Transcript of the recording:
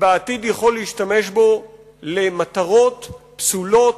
שבעתיד יוכל להשתמש בו למטרות פסולות,